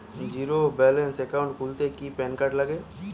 Zero balance account খুলতে কি PAN card লাগে?